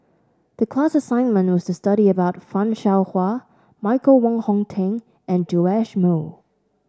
the class assignment was to study about Fan Shao Hua Michael Wong Hong Teng and Joash Moo